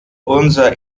unser